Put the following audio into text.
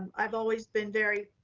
i've always been very,